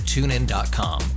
TuneIn.com